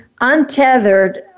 untethered